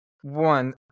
one